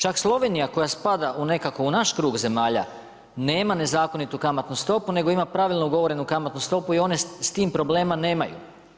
Čak Slovenija koja spada nekako u naš krug zemalja nema nezakonitu kamatnu stopu, nego ima pravilno ugovorenu kamatnu stopu i one s tim problema nemaju.